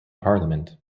parliament